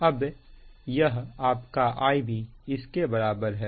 अब यह आपका Ib इस के बराबर है